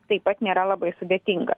taip pat nėra labai sudėtinga